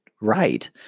right